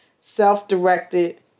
self-directed